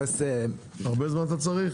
סעיף 50, לפני סעיף 50 שהוא הסעיף העיקרי.